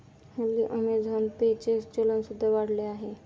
हल्ली Amazon Pay चे चलन सुद्धा वाढले आहे